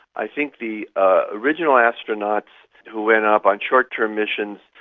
i think the ah original astronauts who went up on short-term missions,